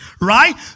right